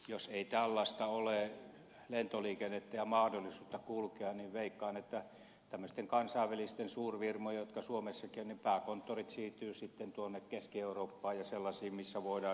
jos ei tällaista lentoliikennettä ole ja mahdollisuutta kulkea niin veikkaan että tämmöisten kansainvälisten suurfirmojen jotka suomessakin ovat pääkonttorit siirtyvät sitten tuonne keski eurooppaan ja sellaisiin maihin missä voidaan sitten lennellä